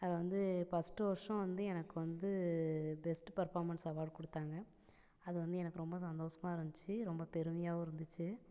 அதில் வந்து ஃபஸ்ட்டு வர்ஷம் வந்து எனக்கு வந்து பெஸ்ட்டு பர்ஃபார்மன்ஸ் அவார்டு கொடுத்தாங்க அது வந்து எனக்கு ரொம்ப சந்தோஷமா இருந்துச்சு ரொம்ப பெருமையாகவும் இருந்துச்சு